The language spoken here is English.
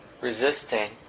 resisting